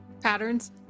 patterns